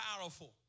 powerful